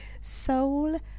Soul